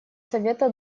совета